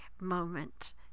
moment